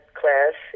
class